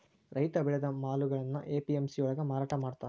ರೈತ ಬೆಳೆದ ಮಾಲುಗಳ್ನಾ ಎ.ಪಿ.ಎಂ.ಸಿ ಯೊಳ್ಗ ಮಾರಾಟಮಾಡ್ತಾರ್